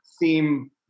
theme